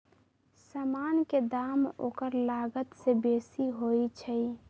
समान के दाम ओकर लागत से बेशी होइ छइ